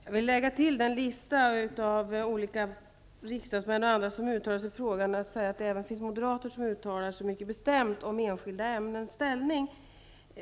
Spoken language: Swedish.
Fru talman! Jag vill till den lista av olika riksdagsmän och andra som har uttalat sig i frågan lägga att det finns även moderater som uttalar sig mycket bestämt om enskilda ämnens ställning.